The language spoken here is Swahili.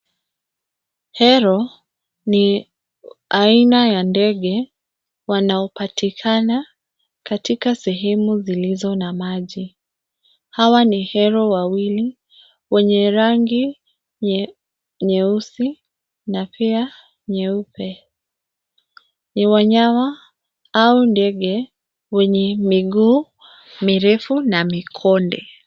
Hero ni aina ya ndege wanaopatikana katika sehemu zilizo na maji. Hawa ni hero wawili wenye rangi nyeusi na pia nyeupe. Ni wanyama au ndege wenye miguu mirefu na mikonde.